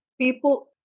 people